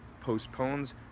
postpones